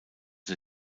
die